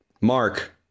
Mark